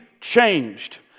changed